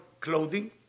clothing